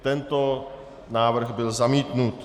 Tento návrh byl zamítnut.